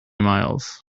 miles